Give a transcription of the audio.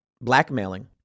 blackmailing